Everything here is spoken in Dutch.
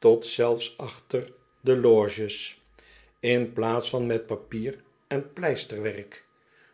tot zelfs achter de loges in plaats van met papier en pleisterkalk